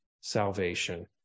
salvation